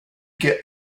get